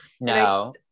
no